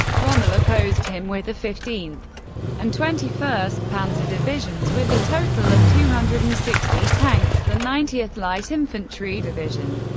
rommel opposed him with the fifteenth and twenty first panzer divisions with a total of two hundred and sixty tanks, the ninetieth light infantry division,